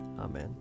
Amen